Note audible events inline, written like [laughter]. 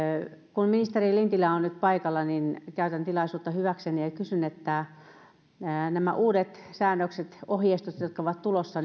kun ministeri lintilä on nyt paikalla niin käytän tilaisuutta hyväkseni ja kysyn kun nämä uudet säännökset ohjeistukset ovat tulossa [unintelligible]